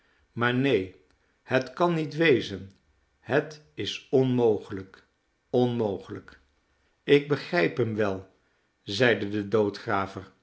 maar neen het kan niet wezen het is onmogelijk onmogelijk ik begrijp hem wel zeide de